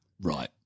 Right